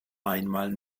einmal